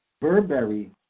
Burberry